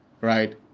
right